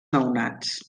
nounats